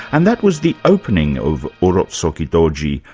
and that was the opening of urotsukidoji,